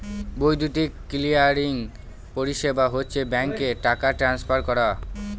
বৈদ্যুতিক ক্লিয়ারিং পরিষেবা হচ্ছে ব্যাঙ্কে টাকা ট্রান্সফার করা